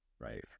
right